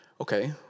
Okay